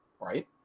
right